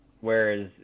whereas